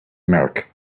mark